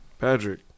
Patrick